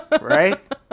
Right